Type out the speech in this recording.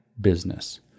business